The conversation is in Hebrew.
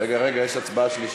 רגע, יש הצבעה בקריאה שלישית.